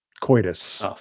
coitus